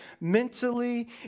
mentally